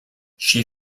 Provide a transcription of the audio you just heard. she